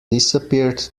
disappeared